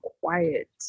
quiet